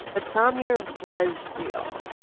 but samire was real.